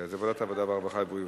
ועדת העבודה, הרווחה והבריאות.